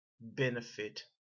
benefit